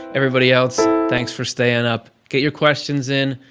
everybody else, thanks for staying up. get your questions in,